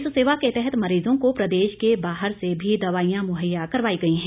इस सेवा के तहत मरीजों को प्रदेश के बाहर से भी दवाईयां मुहैया करवाई गई हैं